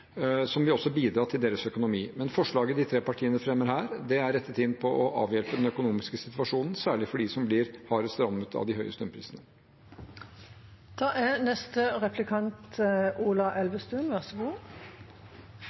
som også vil bidra til deres økonomi. Men forslaget de tre partiene fremmer, er rettet inn mot å avhjelpe den økonomiske situasjonen, særlig for dem som blir hardest rammet av de høye strømprisene. Et viktig klimatiltak er et godt og miljøvennlig kollektivtilbud. Vi har hatt en veldig god